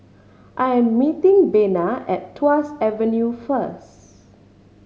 I am meeting Bena at Tuas Avenue first